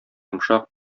йомшак